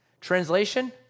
Translation